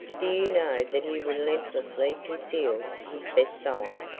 do you know that he relentlessly conceals his best side?